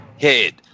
head